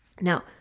Now